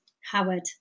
Howard